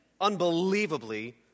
unbelievably